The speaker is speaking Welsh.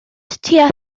tua